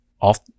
off